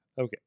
Okay